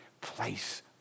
place